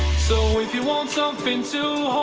so we want something to